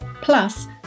plus